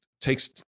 takes